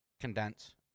condense